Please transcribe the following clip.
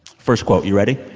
first quote you ready?